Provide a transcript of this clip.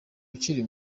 ukiri